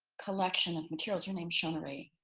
collection of materials, her name's shona